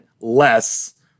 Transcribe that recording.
less